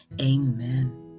Amen